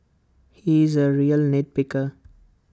he is A real nit picker